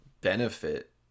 benefit